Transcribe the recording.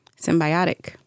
Symbiotic